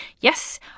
Yes